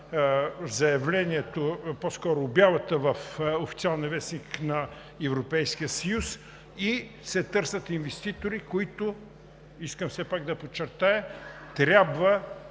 публикуване на обявата в официалния вестник на Европейския съюз и се търсят инвеститори, които, искам все пак да подчертая, трябва